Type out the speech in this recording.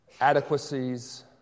adequacies